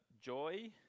joy